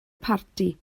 parti